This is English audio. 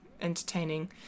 entertaining